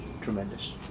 Tremendous